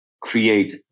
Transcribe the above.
create